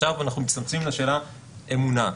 עכשיו אנחנו מצטמצמים לשאלה של אמונה,